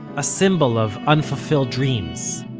a symbol of unfulfilled dreams.